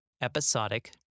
episodic